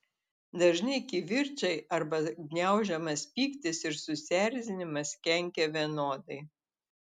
dažni kivirčai arba gniaužiamas pyktis ir susierzinimas kenkia vienodai